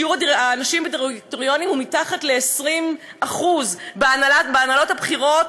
שיעור הנשים בדירקטוריונים הוא מתחת ל-20%; בהנהלות הבכירות,